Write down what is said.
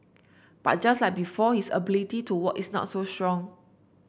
but just like before his ability to walk is not so strong